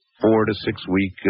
four-to-six-week